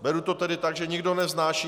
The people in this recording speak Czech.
Beru to tedy tak, že nikdo nevznáší.